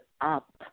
Up